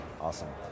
awesome